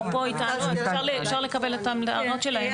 אפשר לקבל את ההערות שלהם?